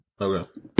Okay